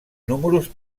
números